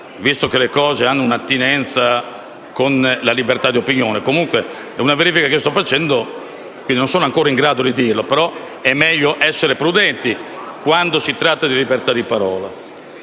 visto che le cose hanno un'attinenza con la libertà di opinione. È una verifica che sto facendo quindi non sono ancora in grado di confermare, però è meglio essere prudenti quando si tratta di libertà di parola.